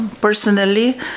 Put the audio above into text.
personally